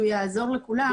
יעזור לכולם.